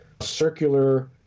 circular